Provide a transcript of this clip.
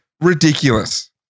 ridiculous